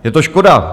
Je to škoda.